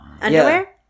Underwear